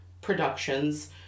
productions